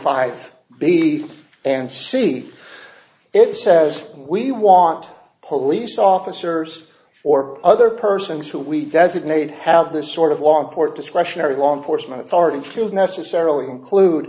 five b and c it says we want police officers or other persons who we designate have this sort of long court discretionary law enforcement authority to necessarily include